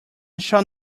shall